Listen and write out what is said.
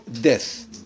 death